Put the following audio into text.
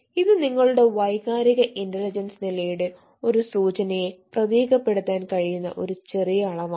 ഇത് നിങ്ങളുടെ വൈകാരിക ഇന്റലിജൻസ് നിലയുടെ ഒരു സൂചനയെ പ്രതീകപ്പെടുത്താൻ കഴിയുന്ന ഒരു ചെറിയ അളവാണ്